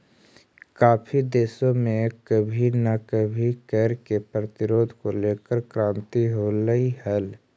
काफी देशों में कभी ना कभी कर के प्रतिरोध को लेकर क्रांति होलई हल